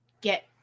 get